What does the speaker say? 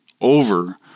over